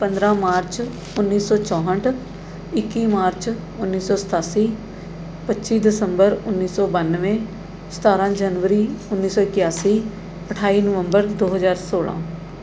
ਪੰਦਰਾਂ ਮਾਰਚ ਉੱਨੀ ਸੌ ਚੌਂਹਠ ਇੱਕੀ ਮਾਰਚ ਉੱਨੀ ਸੌ ਸਤਾਸੀ ਪੱਚੀ ਦਸੰਬਰ ਉੱਨੀ ਸੌ ਬਾਨਵੇਂ ਸਤਾਰ੍ਹਾਂ ਜਨਵਰੀ ਉੱਨੀ ਸੌ ਇਕਿਆਸੀ ਅਠਾਈ ਨਵੰਬਰ ਦੋ ਹਜ਼ਾਰ ਸੌਲ੍ਹਾਂ